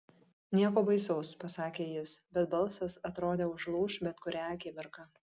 nieko baisaus pasakė jis bet balsas atrodė užlūš bet kurią akimirką